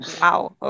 Wow